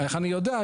איך אני יודע?